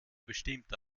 bestimmt